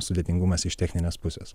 sudėtingumas iš techninės pusės